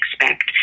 expect